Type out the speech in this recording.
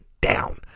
down